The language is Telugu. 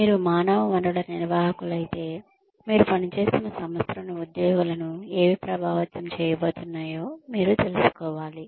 మీరు మానవ వనరుల నిర్వాహకులైతే మీరు పనిచేస్తున్న సంస్థలోని ఉద్యోగులను ఏవి ప్రభావితం చేయబోతున్నాయో మీరు తెలుసుకోవాలి